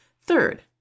Third